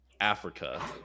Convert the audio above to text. Africa